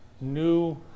new